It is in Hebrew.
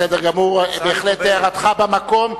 בסדר גמור, הערתך בהחלט במקום.